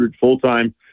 full-time